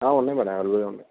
ఉన్నాయి మేడం అవైలబుల్గా ఉన్నాయి